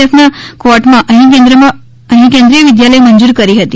F ના કવોટમાં અહીં કેન્દ્રીય વિદ્યાલય મંજૂર કરી હતી